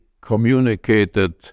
communicated